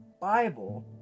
Bible